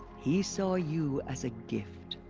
he saw you as a gift.